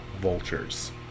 vultures